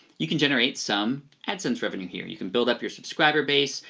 you can generate some adsense revenue here. you can build up your subscriber base,